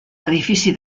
edifici